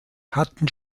hatten